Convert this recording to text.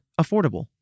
affordable